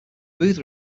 booth